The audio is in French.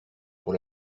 pour